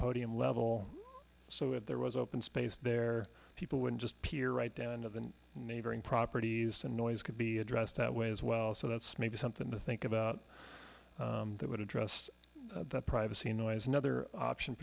podium level so if there was open space there people would just peer right down to the neighboring properties the noise could be addressed that way as well so that's maybe something to think about that would address the privacy noise another option